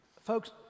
Folks